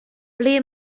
ble